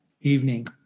evening